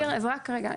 רק רגע.